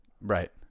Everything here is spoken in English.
right